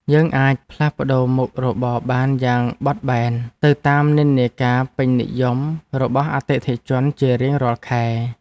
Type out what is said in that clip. យើងអាចផ្លាស់ប្តូរមុខរបរបានយ៉ាងបត់បែនទៅតាមនិន្នាការពេញនិយមរបស់អតិថិជនជារៀងរាល់ខែ។